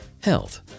Health